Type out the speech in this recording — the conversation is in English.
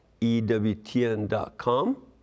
ewtn.com